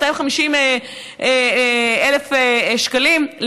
250,000 שקלים?